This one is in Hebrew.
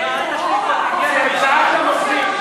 צעקת מספיק.